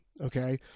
Okay